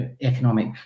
economic